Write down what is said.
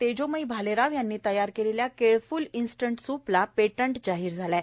तेजोमयी भालेराव यांनी तयार केलेल्या केळफ्ल इन्स्टंट सूपला पेटंट जाहीर झालं आहे